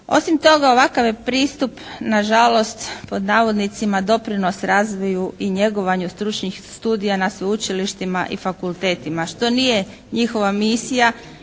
Osim toga, ovakav je pristup na žalost pod navodnicima doprinos razvoju i njegovanju stručnih studija na sveučilištima i fakultetima što nije njihova misija